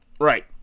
Right